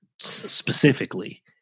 specifically